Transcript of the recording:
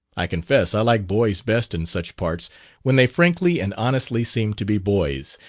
i confess i like boys best in such parts when they frankly and honestly seem to be boys.